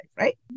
right